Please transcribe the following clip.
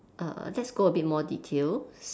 okay let's go a bit more detail